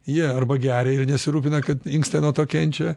jie arba geria ir nesirūpina kad inkstai nuo to kenčia